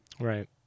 Right